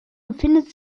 befindet